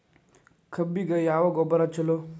ಕಬ್ಬಿಗ ಯಾವ ಗೊಬ್ಬರ ಛಲೋ?